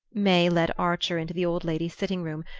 may led archer into the old lady's sitting-room,